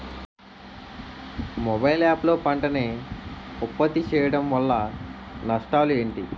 Mobile app లో పంట నే ఉప్పత్తి చేయడం వల్ల నష్టాలు ఏంటి?